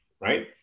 right